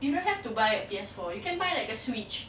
you don't have to buy a P_S four you can buy a switch